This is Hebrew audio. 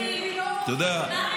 אתה יודע,